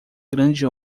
grande